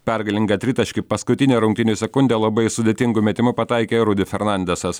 pergalingą tritaškį paskutinę rungtynių sekundę labai sudėtingu metimu pataikė rudy fernandesas